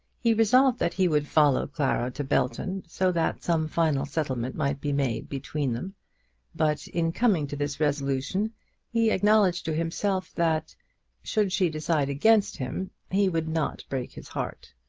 he resolved that he would follow clara to belton, so that some final settlement might be made between them but in coming to this resolution he acknowledged to himself that should she decide against him he would not break his heart.